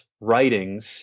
writings